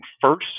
first